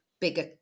bigger